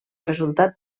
resultat